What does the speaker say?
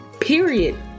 period